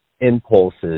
impulses